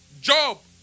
job